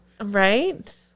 Right